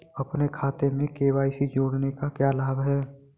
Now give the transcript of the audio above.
अपने खाते में के.वाई.सी जोड़ने का क्या लाभ है?